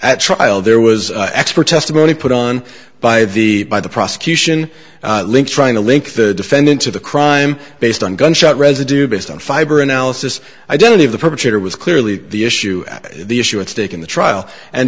at trial there was expert testimony put on by the by the prosecution link trying to link the defendant to the crime based on gunshot residue based on fiber analysis identity of the perpetrator was clearly the issue the issue at stake in the trial and